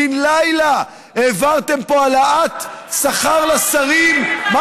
בן לילה העברתם פה העלאת שכר לשרים.